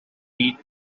beat